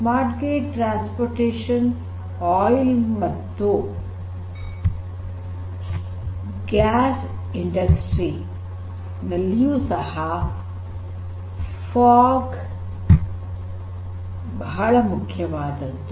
smart grid transportation oil ಮತ್ತು gas industry ನಲ್ಲಿಯೂ ಸಹ ಫಾಗ್ ಬಹಳ ಮುಖ್ಯವಾದದ್ದು